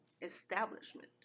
establishment